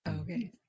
Okay